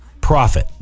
profit